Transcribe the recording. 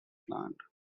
planned